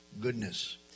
goodness